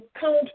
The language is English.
count